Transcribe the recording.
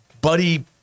buddy